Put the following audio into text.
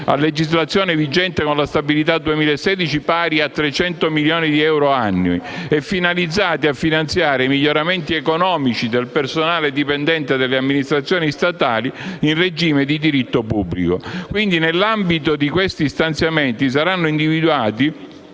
a legislazione vigente con la legge di stabilità 2016 pari a 300 milioni di euro annui e finalizzati a finanziare i miglioramenti economici del personale dipendente dalle amministrazioni statali in regime di diritto pubblico. Quindi, nell'ambito dei citati stanziamenti saranno individuati